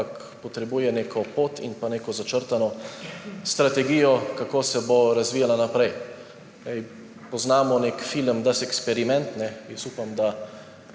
potrebuje neko pot in pa neko začrtano strategijo, kako se bo razvijala naprej. Poznamo nek film Das Experiment, jaz upam, da